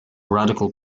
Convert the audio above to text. radical